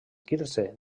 quirze